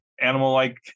animal-like